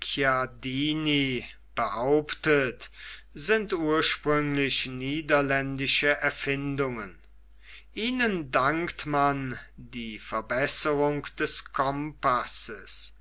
behauptet sind ursprünglich niederländische erfindungen ihnen dankt man die verbesserung des kompasses